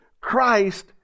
Christ